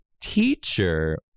teacher